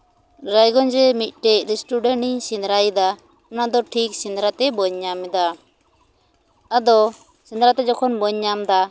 ᱨᱟᱭᱜᱚᱧᱡ ᱨᱮ ᱢᱤᱫᱴᱮᱡ ᱨᱮᱥᱴᱩᱰᱮᱱᱴ ᱱᱤᱧ ᱥᱮᱸᱫᱽᱨᱟᱭᱮᱫᱟ ᱚᱱᱟ ᱴᱷᱤᱠ ᱥᱮᱸᱫᱽᱨᱟ ᱛᱮ ᱵᱟᱹᱧ ᱧᱟᱢ ᱮᱫᱟ ᱟᱫᱚ ᱥᱮᱸᱫᱽᱨᱟ ᱛᱮ ᱡᱚᱠᱷᱚᱱ ᱵᱟᱹᱧ ᱧᱟᱢ ᱮᱫᱟ